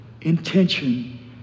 intention